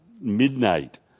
midnight